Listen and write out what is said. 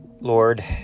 Lord